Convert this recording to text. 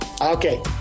okay